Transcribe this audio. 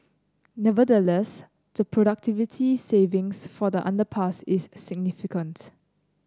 nevertheless the productivity savings for the underpass is significant